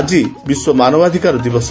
ଆଜି ବିଶ୍ୱ ମାନବାଧ୍କାର ଦିବସ